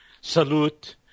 salute